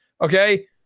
Okay